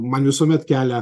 man visuomet kelia